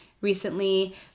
recently